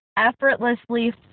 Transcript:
effortlessly